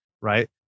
right